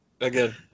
again